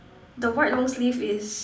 the white long sleeve is